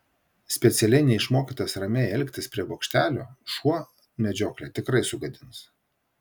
specialiai neišmokytas ramiai elgtis prie bokštelio šuo medžioklę tikrai sugadins